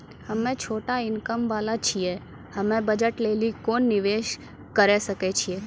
हम्मय छोटा इनकम वाला छियै, हम्मय बचत लेली कोंन निवेश करें सकय छियै?